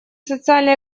социально